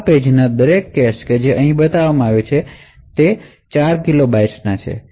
આ પેજ નાં દરેક કેશ જે અહીં બતાવવામાં આવ્યા છે તે 4 કિલો બાઇટ્સનો છે